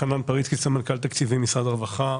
חנן פריצקי, סמנכ"ל תקציבים, משרד הרווחה.